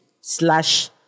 slash